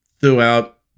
throughout